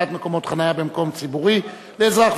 הקצאת מקומות חנייה במקום ציבורי לאזרח